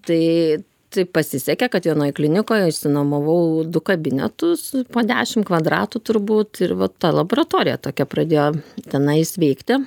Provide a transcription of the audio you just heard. tai tai pasisekė kad vienoj klinikoj išsinuomavau du kabinetus po dešim kvadratų turbūt ir va ta laboratorija tokia pradėjo tenais veikti